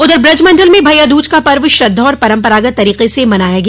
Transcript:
उधर ब्रजमंडल में भइया दूज का पर्व श्रद्धा और परम्परागत तरीके से मनाया गया